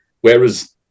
whereas